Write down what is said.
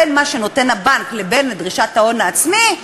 בין מה שנותן הבנק לבין דרישת ההון העצמי,